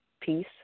peace